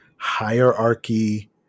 hierarchy